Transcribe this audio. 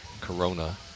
Corona